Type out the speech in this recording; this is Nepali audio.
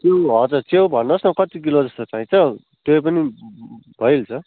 हजुर च्याउ भन्नुहोस् न कति किलो जस्तो चाहिन्छ त्यो पनि भइहाल्छ